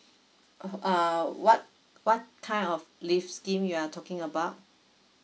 oh uh what what kind of leave scheme you are talking about